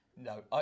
No